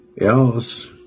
Else